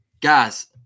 guys